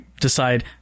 decide